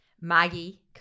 Maggie